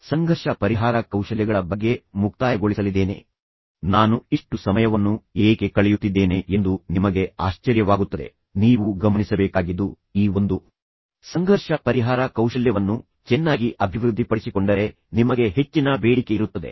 ವಾಸ್ತವವಾಗಿ ನಾನು ಸಂಘರ್ಷ ಪರಿಹಾರ ಕೌಶಲ್ಯಗಳ ಬಗ್ಗೆ ಮುಕ್ತಾಯಗೊಳಿಸಲಿದ್ದೇನೆ ಆದರೆ ನಂತರ ನಾನು ಇಷ್ಟು ಸಮಯವನ್ನು ಏಕೆ ಕಳೆಯುತ್ತಿದ್ದೇನೆ ಎಂದು ನಿಮಗೆ ಆಶ್ಚರ್ಯವಾಗುತ್ತದೆ ನೀವು ಗಮನಿಸಬೇಕಾಗಿದ್ದು ಈ ಒಂದು ಸಂಘರ್ಷ ಪರಿಹಾರ ಕೌಶಲ್ಯವನ್ನು ಚೆನ್ನಾಗಿ ಅಭಿವೃದ್ಧಿಪಡಿಸಿಕೊಂಡರೆ ನಿಮಗೆ ಹೆಚ್ಚಿನ ಬೇಡಿಕೆಯಿರುತ್ತದೆ